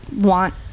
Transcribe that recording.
want